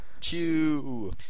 Chew